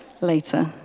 later